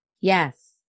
Yes